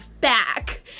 back